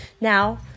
Now